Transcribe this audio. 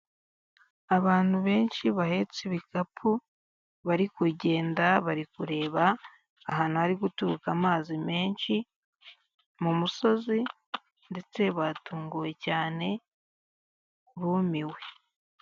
Abantu benshi bahetse ibikapu bari kugenda, bari kureba ahantu hari guturuka amazi menshi mu musozi ndetse batunguwe cyane bumiwe.